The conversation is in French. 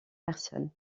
personne